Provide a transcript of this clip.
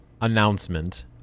announcement